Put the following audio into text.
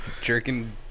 Jerking